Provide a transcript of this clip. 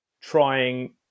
trying